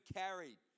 carried